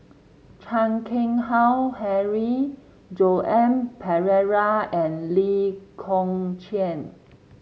Chan Keng Howe Harry Joan Pereira and Lee Kong Chian